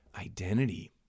identity